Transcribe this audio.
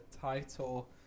title